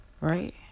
Right